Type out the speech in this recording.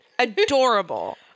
Adorable